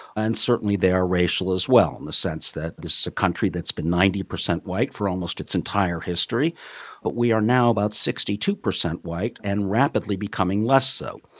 ah and certainly, they are racial as well in the sense that this is a country that's been ninety percent white for almost its entire history. but we are now about sixty two percent white and rapidly becoming less so.